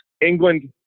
England